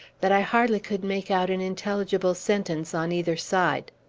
that i hardly could make out an intelligible sentence on either side.